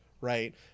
right